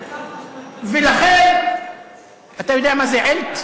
אתה יודע מה זה עילט?